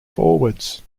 forwards